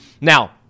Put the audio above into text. Now